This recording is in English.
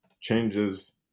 changes